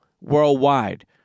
worldwide